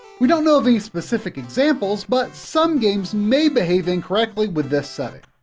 we don't know of any specific examples, but some games may behave incorrectly with this setting.